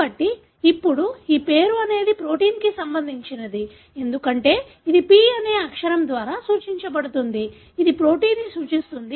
కాబట్టి ఇప్పుడు ఈ పేరు అనేది ప్రోటీన్కు సంబంధించినది ఎందుకంటే ఇది P అనే అక్షరం ద్వారా సూచించబడుతుంది ఇది ప్రోటీన్ని సూచిస్తుంది